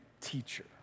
teacher